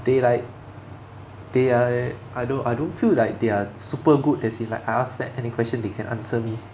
they like they are I don't I don't feel like they are super good as in like I ask them any question they can answer me